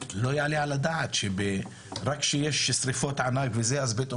לא יעלה על הדעת שרק כשיש שריפות ענק וזה אז פתאום